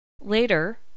Later